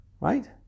right